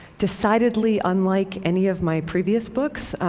decidedly unlike any of my previous books,